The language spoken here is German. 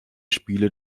spiele